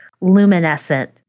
luminescent